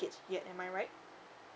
yet am I right